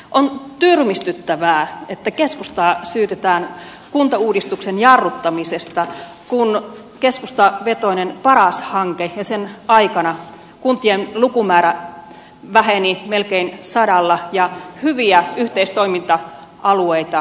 on tyrmistyttävää että keskustaa syytetään kuntauudistuksen jarruttamisesta kun keskustavetoisen paras hankkeen aikana kuntien lukumäärä väheni melkein sadalla ja hyviä yhteistoiminta alueita syntyi